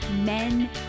men